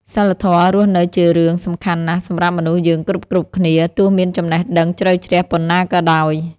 សីលធម៌រស់នៅជារឿង សំខាន់ណាស់សម្រាប់មនុស្សយើងគ្រប់ៗគ្នា ទោះមានចំណេះដឹងជ្រៅជ្រះប៉ុណ្ណាក៏ដោយ។